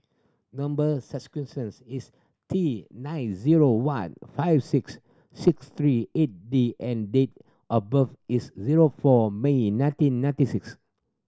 number is T nine zero one five six six three eight D and date of birth is zero four May nineteen ninety six